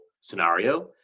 scenario